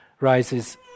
rises